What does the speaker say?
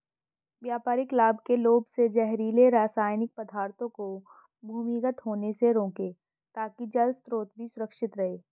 व्यापारिक लाभ के लोभ से जहरीले रासायनिक पदार्थों को भूमिगत होने से रोकें ताकि जल स्रोत भी सुरक्षित रहे